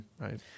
Right